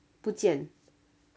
不见